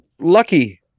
lucky